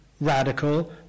radical